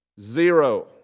zero